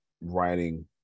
writing